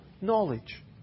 knowledge